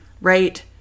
right